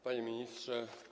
Panie Ministrze!